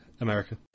America